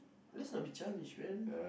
let's not be childish man